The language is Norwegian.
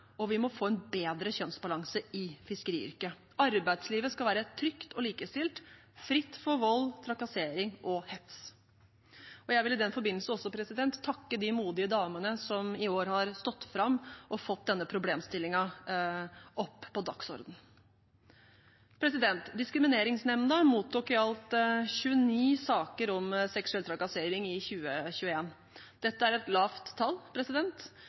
og vi må få en bedre kjønnsbalanse i fiskeriyrket. Arbeidslivet skal være trygt og likestilt, fritt for vold, trakassering og hets. Jeg vil i den forbindelse også takke de modige damene som i år har stått fram og fått denne problemstillingen opp på dagsordenen. Diskrimineringsnemnda mottok i alt 29 saker om seksuell trakassering i 2021. Det er et lavt tall